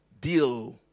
deal